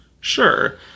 Sure